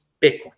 Bitcoin